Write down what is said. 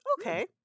Okay